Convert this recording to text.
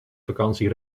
vakantie